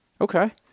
Okay